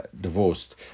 divorced